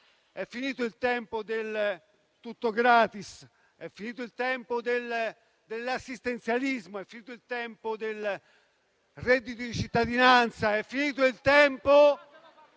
È finito il tempo del tutto gratis, è finito il tempo dell'assistenzialismo, è finito il tempo del reddito di cittadinanza, è finito il tempo